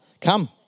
come